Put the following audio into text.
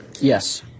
Yes